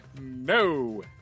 No